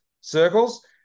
circles